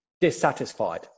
dissatisfied